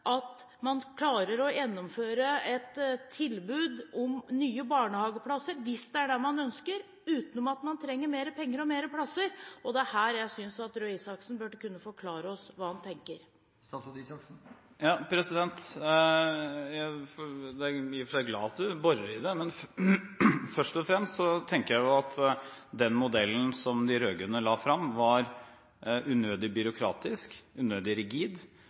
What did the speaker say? at man klarer å gjennomføre et tilbud om nye barnehageplasser, hvis det er det man ønsker, utenom at man trenger mer penger og flere plasser. Det er her jeg synes at Røe Isaksen burde forklare oss hva han tenker. Jeg er i og for seg glad for at representanten borer i det, men først og fremst tenker jeg jo at den modellen som de rød-grønne la frem, er unødig byråkratisk og unødig rigid,